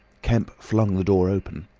kemp flung the door open.